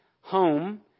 home